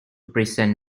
prison